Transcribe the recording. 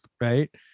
Right